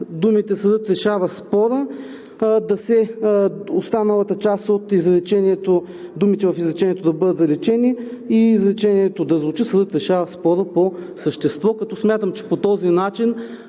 думите „Съдът решава спора“ останалата част, думите в изречението да бъдат заличени и изречението да звучи: „Съдът решава спора по същество.“ Смятам, че по този начин